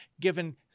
given